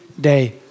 day